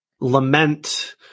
lament